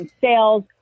sales